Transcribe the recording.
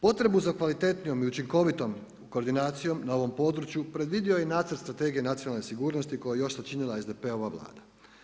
Potrebu za kvalitetnijom i učinkovitom koordinacijom na ovom području predvidio je i nacrt Strategije nacionalne sigurnosti koji je još sačinila SDP-ova Vlada.